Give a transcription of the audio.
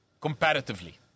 comparatively